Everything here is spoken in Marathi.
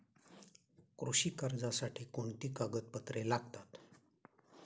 कृषी कर्जासाठी कोणती कागदपत्रे लागतात?